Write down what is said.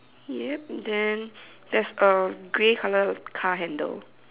yup then there's a grey color car handle